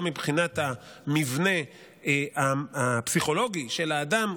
גם מבחינת המבנה הפסיכולוגי של האדם,